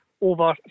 over